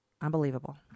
Unbelievable